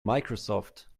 microsoft